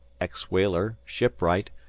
ex-whaler, shipwright,